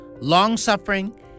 long-suffering